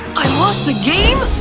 i lost the game!